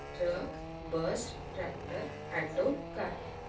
truck bus tractor auto car